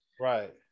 Right